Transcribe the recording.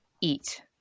eat